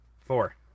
four